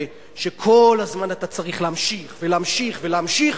שכל הזמן אתה צריך להמשיך ולהמשיך ולהמשיך,